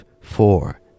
four